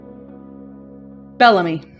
Bellamy